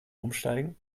umsteigen